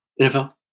NFL